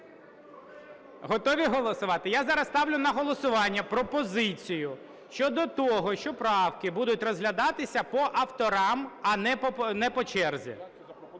Готові голосувати? Я зараз ставлю на голосування пропозицію щодо того, що правки будуть розглядатися по авторам, а не по черзі,